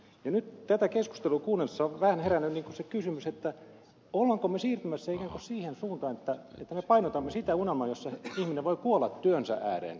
nyt tätä keskustelua kuunnellessa on vähän herännyt se kysymys olemmeko me siirtymässä ikään kuin siihen suuntaan että me painotamme sitä unelmaa jossa ihminen voi kuolla työnsä ääreen